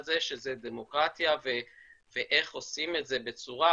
זה שזה דמוקרטיה ואיך עושים את זה בצורה